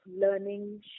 learning